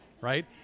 Right